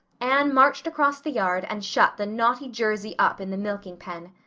anne marched across the yard and shut the naughty jersey up in the milking pen.